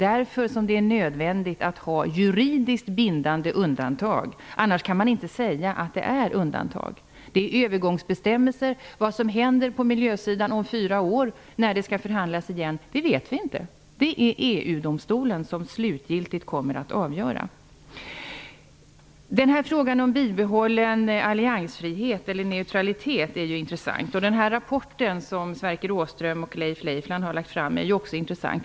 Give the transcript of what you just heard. Därför är det nödvändigt att ha juridiskt bindande undantag. Annars kan man inte säga att det är undantag. Det är övergångsbestämmelser. Vi vet inte vad som händer på miljösidan om fyra år, när det skall förhandlas igen. Det är EU-domstolen som slutgiltigt kommer att avgöra detta. Frågan om bibehållen alliansfrihet eller neutralitet är intressant. Den rapport som Sverker Åström och Leif Leifland har lagt fram är också intressant.